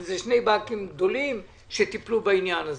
כי אלו שני בנקים גדולים שטיפלו בעניין הזה.